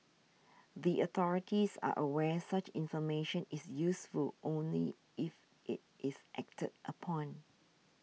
the authorities are aware such information is useful only if it is acted upon